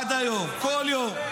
עד היום, כל יום.